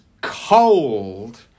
cold